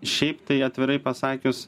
šiaip tai atvirai pasakius